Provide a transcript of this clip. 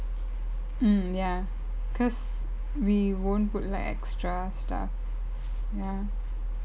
mm ya cause we won't put like extra stuff